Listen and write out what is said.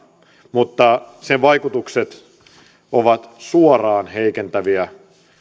mutta sen vaikutukset meidän työllisyyteen ja talouteen ovat suoraan heikentäviä